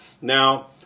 Now